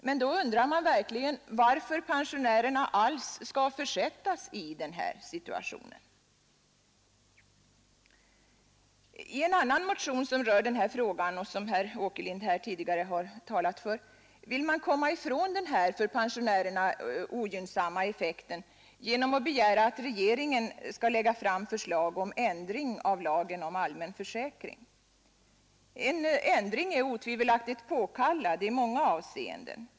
Men då undrar man verkligen varför pensionärerna över huvud taget skall försättas i den här situationen. I en annan motion som rör den här frågan och som herr Åkerlind tidigare har talat för, vill man komma ifrån den för pensionärerna ogynnsamma effekten genom att begära att regeringen skall lägga fram förslag om ändring av lagen om allmän försäkring. En ändring är otvivelaktigt påkallad i många avseenden.